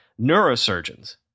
neurosurgeons